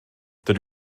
dydw